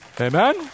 Amen